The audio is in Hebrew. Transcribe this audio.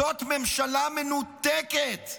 זאת ממשלה מנותקת.